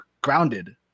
Grounded